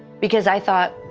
because i thought,